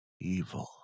evil